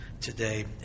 today